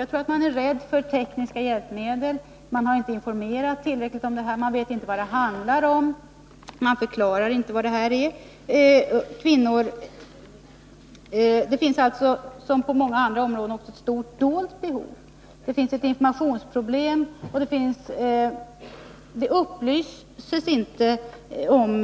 Jag tror att man är rädd för tekniska hjälpmedel, man har inte informerats tillräckligt, man vet inte vad det handlar om. Som på många andra områden finns det också ett stort dolt behov. Det finns informationsproblem — det upplyses inte om